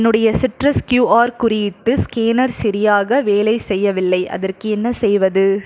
என்னுடைய citrus QR குறியீட்டு scanner சரியாக வேலை செய்யவில்லை அதற்கு என்ன செய்வது